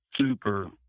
super